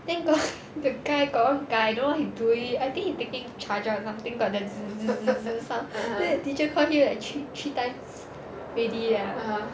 then got the guy got one guy don't know what he doing I think he taking charger or something got the sound then the teacher call him like three three times ready ah